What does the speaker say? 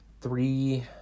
three